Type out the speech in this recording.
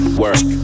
work